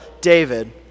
David